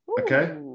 okay